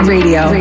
Radio